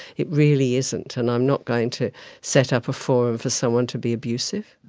it really isn't. and i'm not going to set up a forum for someone to be abusive.